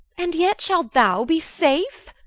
and yet shalt thou be safe?